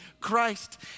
Christ